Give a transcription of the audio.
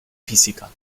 física